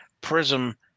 Prism